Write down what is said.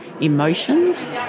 emotions